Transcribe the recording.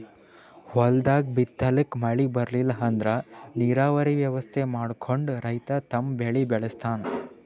ಹೊಲ್ದಾಗ್ ಬಿತ್ತಲಾಕ್ ಮಳಿ ಬರ್ಲಿಲ್ಲ ಅಂದ್ರ ನೀರಾವರಿ ವ್ಯವಸ್ಥೆ ಮಾಡ್ಕೊಂಡ್ ರೈತ ತಮ್ ಬೆಳಿ ಬೆಳಸ್ತಾನ್